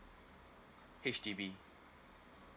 H_D_B